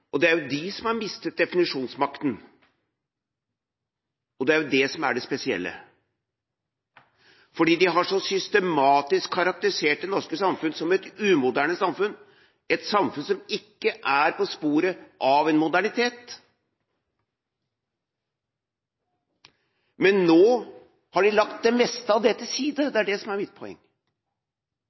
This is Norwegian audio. lenger. Det er jo de som har mistet definisjonsmakten, og det er det som er det spesielle. De har så systematisk karakterisert det norske samfunn som et umoderne samfunn, et samfunn som ikke er på sporet av en modernitet. Men nå har de lagt det meste av det til side – det er det som er